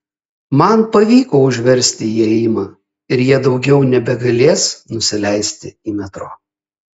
man pavyko užversti įėjimą ir jie daugiau nebegalės nusileisti į metro